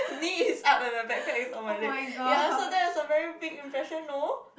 knee is up and my backpack is on my leg ya so that is a very big impression no